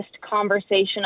conversation